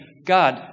God